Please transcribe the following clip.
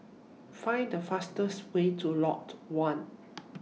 Find The fastest Way to Lot one